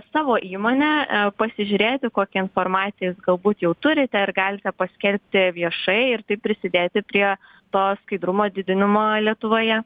savo įmonę pasižiūrėti kokią informaciją jūs galbūt jau turite ar galite paskelbti viešai ir taip prisidėti prie to skaidrumo didinimo lietuvoje